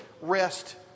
Rest